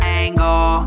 angle